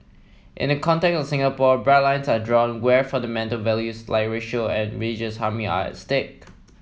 in the context of Singapore bright lines are drawn where fundamental values like racial and religious harmony are at stake